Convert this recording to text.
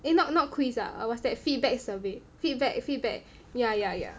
eh not not quiz lah what's that feedback survey feedback feedback yeah yeah yeah